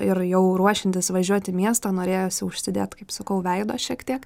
ir jau ruošiantis važiuot į miestą norėjosi užsidėt kaip sakau veido šiek tiek